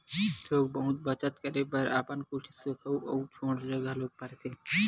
थोक बहुत बचत करे बर अपन कुछ सउख ल छोड़े बर घलोक परथे